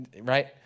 right